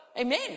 Amen